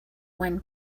when